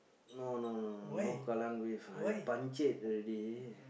no no no no no Kallang-Wave I punchek already